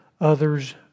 others